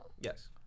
Yes